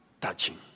touching